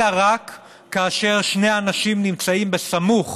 אלא רק כאשר שני אנשים נמצאים סמוך